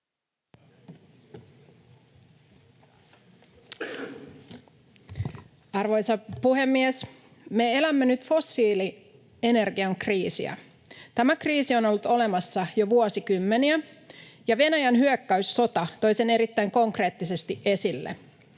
Arvoisa puhemies! Me elämme nyt fossiili-energian kriisiä. Tämä kriisi on ollut olemassa jo vuosikymmeniä, ja Venäjän hyökkäyssota toi sen erittäin konkreettisesti esille.